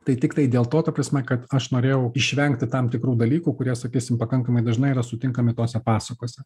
tai tiktai dėl to ta prasme kad aš norėjau išvengti tam tikrų dalykų kurie sakysim pakankamai dažnai yra sutinkami tose pasakose